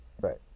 right